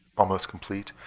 almost complete.